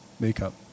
makeup